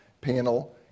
panel